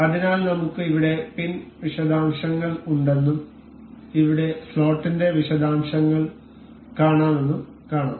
അതിനാൽ നമുക്ക് ഇവിടെ പിൻ വിശദാംശങ്ങൾ ഉണ്ടെന്നും ഇവിടെ സ്ലോട്ടിന്റെ വിശദാംശങ്ങൾ കാണാമെന്നും കാണാം